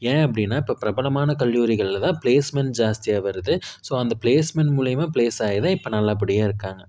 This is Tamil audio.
ஏன் அப்படின்னா இப்போ பிரபலமான கல்லூரிகளில் தான் ப்ளேஸ்மெண்ட் ஜாஸ்தியாக வருது ஸோ அந்த ப்ளேஸ்மெண்ட் மூலிமா ப்ளேஸாகி தான் இப்போ நல்ல படியாக இருக்காங்க